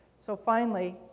so finally,